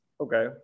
Okay